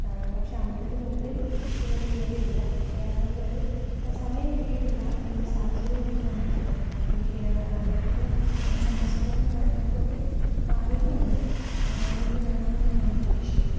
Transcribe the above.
പക്ഷേ അമ്പലത്തിനുള്ളിൽ ഇതുവരെ കയറിയിട്ടില്ല കയറാനുള്ള ഒരു സമയം കിട്ടിയിട്ടില്ല അതിനുള്ളൊരു സാഹചര്യവും ഒത്തു വന്നിട്ടില്ല എനിക്ക് കേറാ അമ്പലത്തില് സന്ദർശിക്കാനും കാര്യങ്ങൾക്കും ഒക്കെ ആഗ്രഹമുണ്ട് എന്നെങ്കിലും നടക്കുമെന്ന് ഞാനും പ്രതീക്ഷിക്കുന്നു